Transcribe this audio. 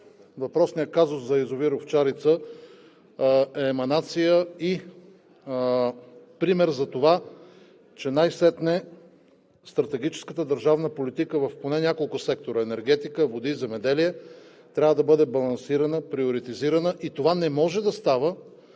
въпросният казус за язовир „Овчарица“ е еманация и пример за това, че най-сетне стратегическата държавна политика поне в няколко сектора – енергетика, води, земеделие, трябва да бъде балансирана, приоритизирана и това не може да става